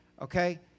Okay